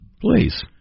Please